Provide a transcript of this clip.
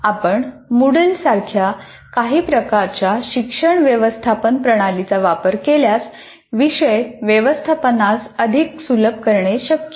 आपण मूडल सारख्या काही प्रकारच्या शिक्षण व्यवस्थापन प्रणालीचा वापर केल्यास विषय व्यवस्थापनास अधिक सुलभ करणे शक्य आहे